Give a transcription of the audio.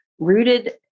Rooted